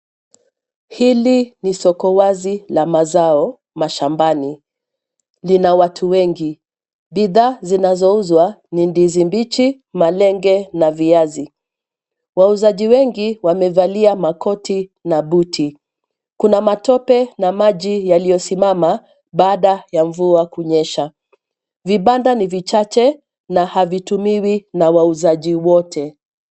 Hili, ni sokowazi la mazao, mashambani. Lina watu wengi. Bidhaa zinazouzwa ni ndizi mbichi, malenge na viazi. Wauzaji wengi wamevalia makoti na buti. Kuna matope na maji yaliyosimama baada ya mvua kunyesha. Vibanda ni vichache na havitumiwi na wauzaji wote.